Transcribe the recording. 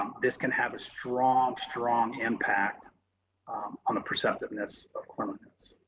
this can have a strong, strong impact on a perceptiveness of cleanliness.